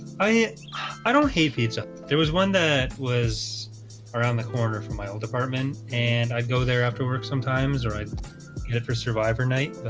i i don't hate pizza. there was one that was around the corner from my apartment, and i'd go there after work sometimes or i'd get it for survivor night, but